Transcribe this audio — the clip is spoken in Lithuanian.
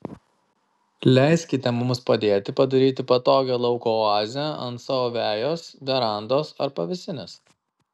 leiskite mums padėti padaryti patogią lauko oazę ant savo vejos verandos ar pavėsinės